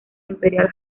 imperial